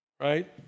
Right